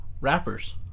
rappers